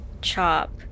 Chop